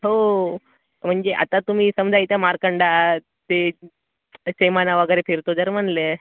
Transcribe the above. हो म्हणजे आता तुम्ही समजा इथं मारकंडा ते सेमाना वगैरे फिरतो जर म्हणाले